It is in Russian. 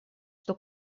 что